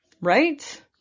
Right